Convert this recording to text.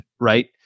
right